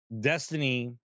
destiny